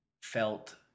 felt